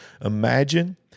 imagine